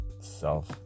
self